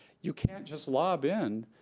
you can't just lob in